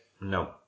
No